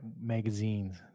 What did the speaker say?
magazines